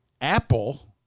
Apple